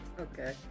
Okay